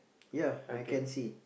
ya I can see